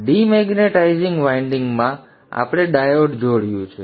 અને ડિમેગ્નેટાઇઝિંગ સંદર્ભ લો સમય 0955 વાઇન્ડિંગમાં આપણે ડાયોડ જોડ્યું છે